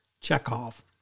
Chekhov